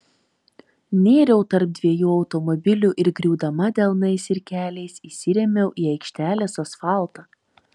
nėriau tarp dviejų automobilių ir griūdama delnais ir keliais įsirėmiau į aikštelės asfaltą